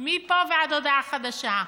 מפה ועד להודעה חדשה,